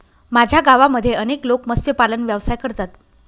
माझ्या गावामध्ये अनेक लोक मत्स्यपालन व्यवसाय करतात